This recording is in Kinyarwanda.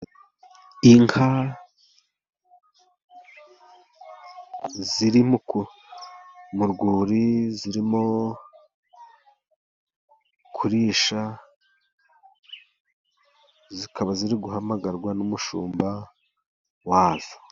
Inka ziri mu rwuri zirimo kurisha, zikaba ziri guhamagarwa n'umushumba wazo.